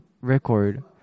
record